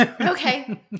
Okay